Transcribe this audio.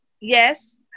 yes